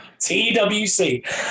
TWC